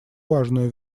важную